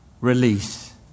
Release